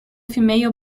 female